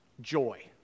Joy